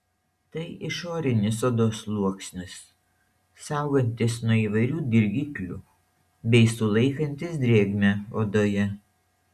tai išorinis odos sluoksnis saugantis nuo įvairių dirgiklių bei sulaikantis drėgmę odoje